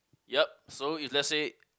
yup so if let's say